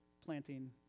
planting